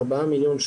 שבעצם אימא שלו